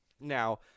Now